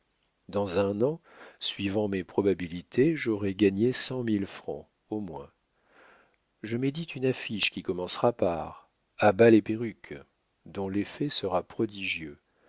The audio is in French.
dans un an suivant mes probabilités j'aurai gagné cent mille francs au moins je médite une affiche qui commencera par a bas les perruques dont l'effet sera prodigieux